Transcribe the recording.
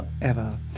Forever